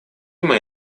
моя